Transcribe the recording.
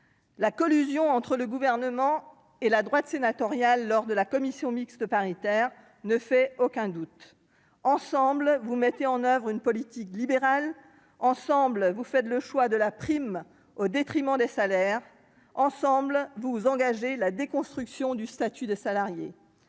la collusion entre le Gouvernement et la droite sénatoriale ne fait aucun doute. Ensemble, vous mettez en oeuvre une politique libérale. Ensemble, vous faites le choix de la prime au détriment des salaires. Ensemble, vous engagez la déconstruction du statut de salarié.